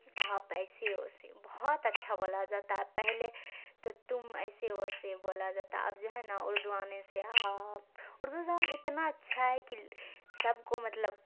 آپ ایسے ویسے بہت اچھا بولا جاتا ہے پہلے تو تم ایسے ویسے بولا جاتا اب جو ہے نا اردو آنے سے آپ اردو زبان اتنا اچھا ہے کہ سب کو مطلب